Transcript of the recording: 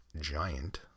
giant